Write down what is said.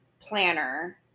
planner